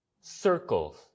circles